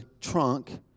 trunk